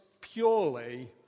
purely